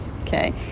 Okay